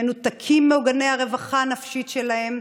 מנותקים מעוגני הרווחה הנפשית שלהם,